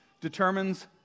determines